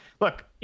look